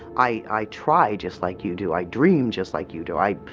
i, i try just like you do. i dream just like you do. i,